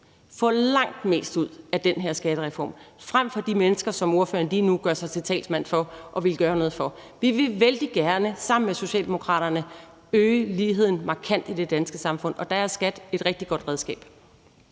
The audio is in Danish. få langt mere ud af den her skattereform end de mennesker, som ordføreren lige nu gør sig til talsmand for og vil gøre noget for. Vi vil vældig gerne sammen med Socialdemokraterne øge ligheden markant i det danske samfund, og der er skat et rigtig godt redskab.